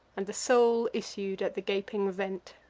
and the soul issued at the gaping vent.